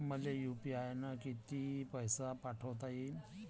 मले यू.पी.आय न किती पैसा पाठवता येईन?